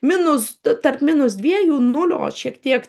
minus tarp minus dviejų nulio šiek tiek